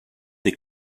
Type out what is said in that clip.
des